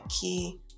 key